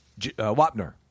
Wapner